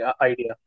idea